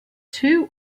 two